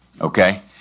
okay